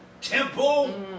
temple